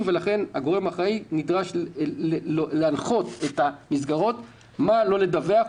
ולכן הגורם האחראי נדרש להנחות את המסגרות מה לא לדווח,